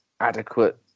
adequate